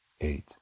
eight